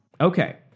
okay